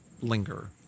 linger